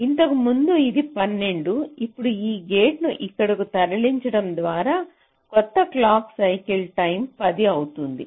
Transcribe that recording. అంతకుముందు ఇది 12 ఇప్పుడు ఈ గేటును ఇక్కడకు తరలించడం ద్వారా కొత్త క్లాక్ సైకిల్ టైం 10 అవుతుంది